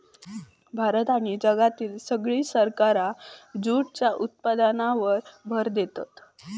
भारत आणि जगातली सगळी सरकारा जूटच्या उत्पादनावर भर देतत